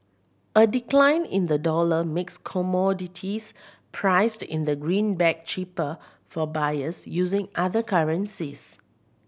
a decline in the dollar makes commodities priced in the greenback cheaper for buyers using other currencies